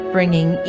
bringing